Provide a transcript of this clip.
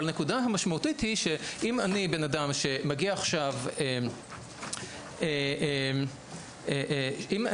אבל הנקודה המשמעותית היא שאם אני בן אדם שמגיע עכשיו או אם אני